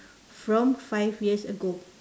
from five years ago